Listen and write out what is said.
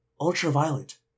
Ultraviolet